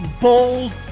bold